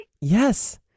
yes